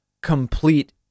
complete